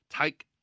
Take